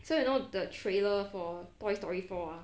so you know the trailer for toy story four ah